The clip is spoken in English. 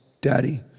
Daddy